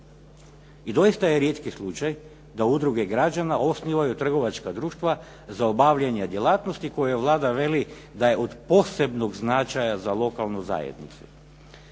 I doista je rijetki slučaj da udruge građana osnivaju trgovačka društva za obavljanje djelatnosti koje Vlada veli da je od posebnog značaja za lokalnu zajednicu.